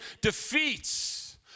defeats